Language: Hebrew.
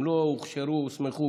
הם לא הוכשרו או הוסמכו,